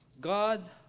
God